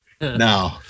No